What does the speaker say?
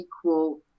equal